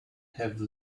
have